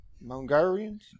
Mongolians